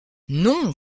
non